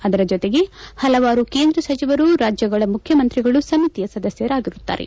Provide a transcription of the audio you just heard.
ಅದರ ಜೊತೆಗೆ ಪಲವಾರು ಕೇಂದ್ರ ಸಚಿವರು ರಾಜ್ಯಗಳ ಮುಖ್ಯಮಂತ್ರಿಗಳು ಸಮಿತಿಯ ಸದಸ್ಕರಾಗಿರುತ್ತಾರೆ